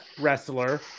wrestler